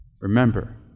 remember